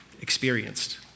experienced